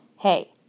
hey